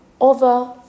over